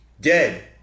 dead